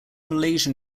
malaysian